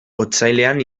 otsailean